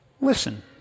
Listen